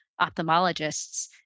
ophthalmologists